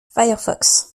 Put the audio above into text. firefox